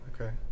Okay